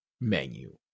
menu